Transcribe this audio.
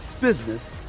business